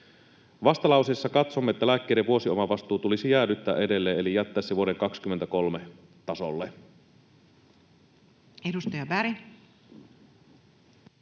Vastalauseessa katsomme, että lääkkeiden vuosiomavastuu tulisi jäädyttää edelleen eli jättää se vuoden 23 tasolle.